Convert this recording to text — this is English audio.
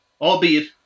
Albeit